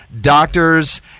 Doctors